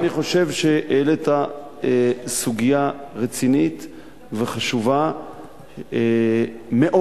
אני חושב שהעלית סוגיה רצינית וחשובה מאוד,